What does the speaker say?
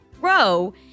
grow